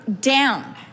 down